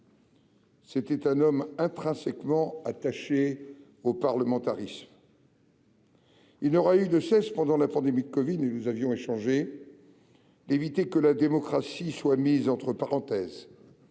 C'était un homme intrinsèquement attaché au parlementarisme : il n'aura eu de cesse, pendant la pandémie de covid- et nous avions échangé sur ce sujet -, d'éviter que la démocratie ne soit mise entre parenthèses,